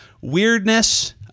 weirdness